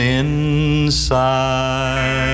inside